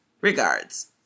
Regards